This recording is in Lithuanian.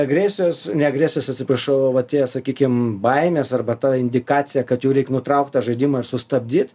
agresijos ne agresijos atsiprašau va tie sakykim baimės arba ta indikacija kad jau reik nutraukt tą žaidimą ir sustabdyt